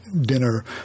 dinner